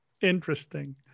Interesting